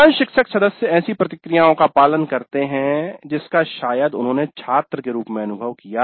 अधिकांश शिक्षक सदस्य ऐसी प्रक्रियाओं का पालन करते हैं जिसका शायद उन्होंने छात्रों के रूप में अनुभव किया